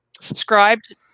Subscribed